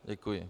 Děkuji.